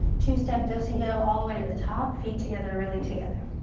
two-step, do-si-do all the way to the top. feet together, really together.